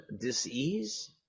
Disease